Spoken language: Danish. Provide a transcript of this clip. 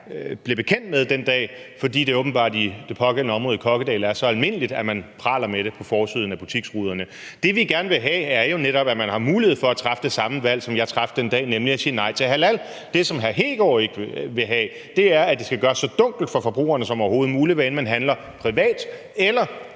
blev bekendt med den dag, fordi det åbenbart i det pågældende område i Kokkedal er så almindeligt, at man praler med det på forsiden af butikskæderne. Det, vi gerne vil have, er jo netop, at man har mulighed for at træffe det samme valg, som jeg traf den dag, nemlig at sige nej til halal. Det, som hr. Kristian Hegaard vil have, er, at det skal gøres så dunkelt for forbrugerne som overhovedet muligt, hvad end man handler privat eller